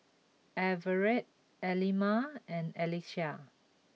Everette Aleena and Alycia